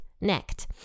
necked